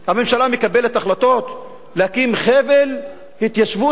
הממשלה מקבלת החלטות להקים חבל התיישבות יהודי,